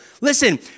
Listen